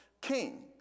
king